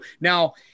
now